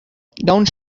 don’t